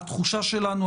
התחושה שלנו,